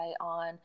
on